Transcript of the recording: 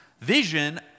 Vision